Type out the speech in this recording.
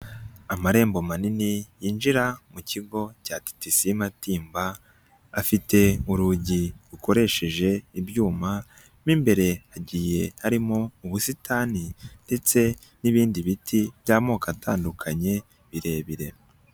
Amarembo manini yinjira mu kigo cya TTC Matimba afite urugi rukoresheje ibyuma, mu imbere hagiye harimo ubusitani ndetse n'ibindi biti by'amoko atandukanye birebire.